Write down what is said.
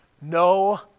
no